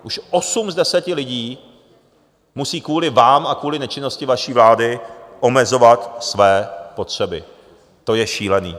Už osm z deseti lidí musí kvůli vám a kvůli nečinnosti vaší vlády omezovat své potřeby, to je šílené.